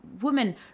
women